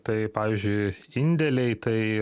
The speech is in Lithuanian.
tai pavyzdžiui indėliai tai